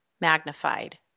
magnified